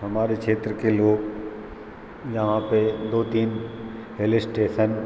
हमारे क्षेत्र के लोग यहाँ पे दो तीन हिल इस्टेसन